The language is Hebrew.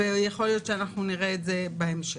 יכול להיות שאנחנו נראה את זה בהמשך.